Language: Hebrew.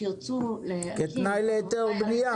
כשירצו להקים --- כתנאי להיתר הבנייה.